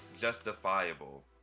justifiable